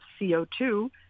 CO2